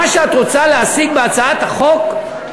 מה שאת רוצה להשיג בהצעת החוק,